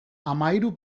hamahiru